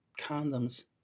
condoms